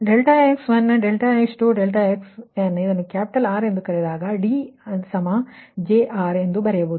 ∆x1∆x2 ∆xn 1 ಇದನ್ನು capital R ಎಂದು ಕರೆಯಬಹುದು ಅಂದರೆ D JR ಎಂದು ಬರೆಯಬಹುದು